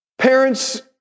Parents